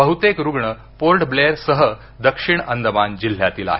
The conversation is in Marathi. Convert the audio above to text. बहुतेक रुग्ण पोर्ट ब्लेअर सह दक्षिण अंदमान जिल्ह्यातील आहेत